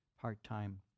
part-time